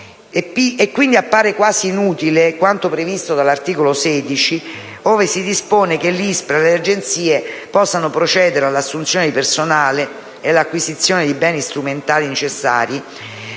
infatti quasi inutile quanto previsto dall'articolo 16, ove si dispone che l'ISPRA e le Agenzie possano procedere all'assunzione di personale e all'acquisizione dei beni strumentali necessari,